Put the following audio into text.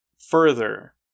Further